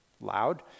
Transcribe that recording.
loud